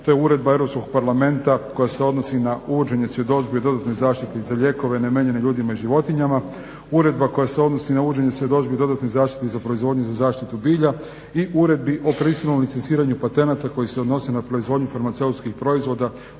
To je Uredba Europskog parlamenta koja se odnosi na uvođenje svjedodžbi i dodatnoj zaštiti za lijekove namijenjeno ljudima i životinjama. Uredba koja se odnosi na uvođenje svjedodžbi i dodatnoj zaštiti za proizvodnju za zaštitu bilja. I Uredbi o prisilnom licenciranju patenata koji se odnose na proizvodnju farmaceutskih proizvoda